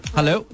Hello